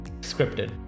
scripted